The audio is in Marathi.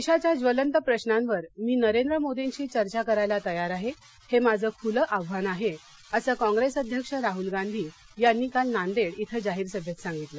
देशाच्या ज्वलंत प्रशांवर मी नरेंद्र मोदींशी चर्चा करायला तयार आहे हे माझं खूलं आव्हान आहे असं काँप्रेस अध्यक्ष राहूल गांधी यांनी काल नांदेड इथ जाहीर सभेत सांगितलं